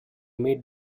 meet